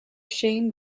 shane